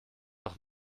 doch